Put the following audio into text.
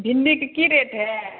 भिण्डीके की रेट हइ